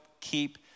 keep